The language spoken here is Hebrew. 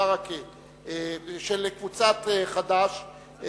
קבוצת חד"ש,